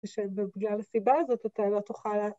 ‫ושבגלל הסיבה הזאת ‫אתה לא תוכל ל